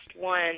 one